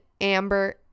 Amber